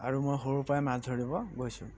আৰু মই সৰুৰপৰাই মাছ ধৰিব গৈছোঁ